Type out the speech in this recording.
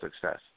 success